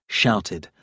shouted